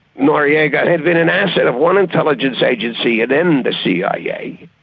noriega had been an asset of one intelligence agency and then the cia,